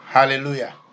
Hallelujah